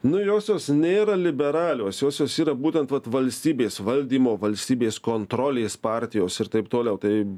nu josios nėra liberalios josios yra būtent vat valstybės valdymo valstybės kontrolės partijos ir taip toliau tai